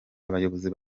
abayobozi